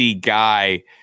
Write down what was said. guy